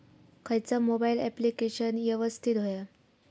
खयचा mobile application यवस्तित होया?